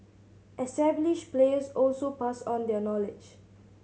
established players also pass on their knowledge